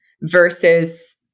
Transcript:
versus